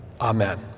amen